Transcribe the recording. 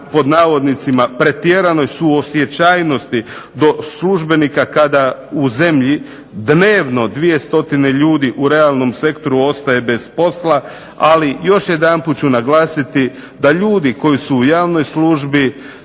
javnost na "pretjeranoj" suosjećajnosti do službenika kada u zemlji dnevno 200 ljudi u realnom sektoru ostaje bez posla, ali još jedanput ću naglasiti da ljudi koji su u javnoj službi